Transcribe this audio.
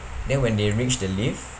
then when they reached the lift